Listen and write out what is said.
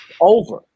over